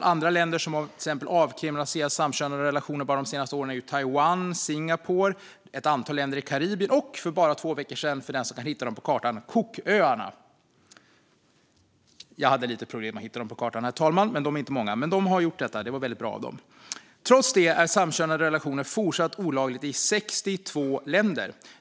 Andra som avkriminaliserat samkönade relationer de senaste åren är till exempel Taiwan, Singapore och ett antal länder i Karibien - och, för bara två veckor sedan, Cooköarna. Jag hade lite problem att hitta dem på kartan, men de har gjort detta och det var väldigt bra. Ändå är samkönade relationer fortsatt olagliga i 62 länder.